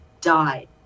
died